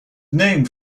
named